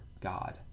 God